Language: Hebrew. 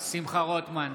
שמחה רוטמן,